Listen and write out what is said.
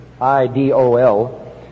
I-D-O-L